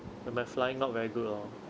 when my flying not very good lor